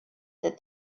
that